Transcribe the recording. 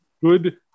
good